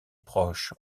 proches